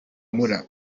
mula